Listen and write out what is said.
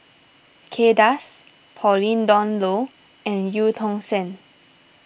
Kay Das Pauline Dawn Loh and Eu Tong Sen